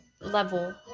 level